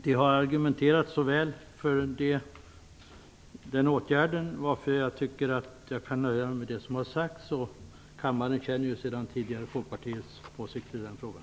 Vi har argumenterat så väl för den åtgärden att jag tycker att jag kan nöja mig med det som har sagts - kammaren känner ju sedan tidigare Folkpartiets åsikter i den frågan.